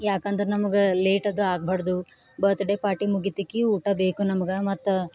ಯಾಕಂದ್ರೆ ನಮಗೆ ಲೇಟ್ ಅದ ಆಗ್ಬಾರ್ದು ಬತ್ಡೆ ಪಾರ್ಟಿ ಮುಗಿತಿಕ್ಕಿ ಊಟ ಬೇಕು ನಮ್ಗೆ ಮತ್ತು